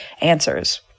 answers